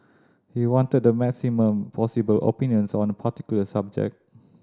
he wanted the maximum possible opinions on a particular subject